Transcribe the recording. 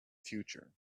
future